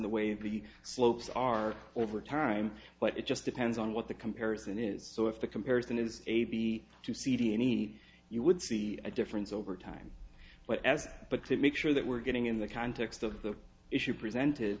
the way the slopes are over time but it just depends on what the comparison is so if the comparison is a b to c t any you would see a difference over time but as but to make sure that we're getting in the context of the issue presented